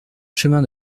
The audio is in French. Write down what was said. chemin